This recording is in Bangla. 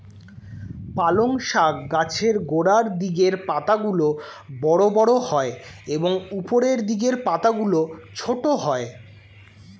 পালং শাক গাছের গোড়ার দিকের পাতাগুলো বড় বড় হয় এবং উপরের দিকের পাতাগুলো ছোট হয়